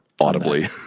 audibly